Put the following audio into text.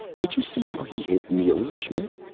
did you see how he hit neely, schmidt?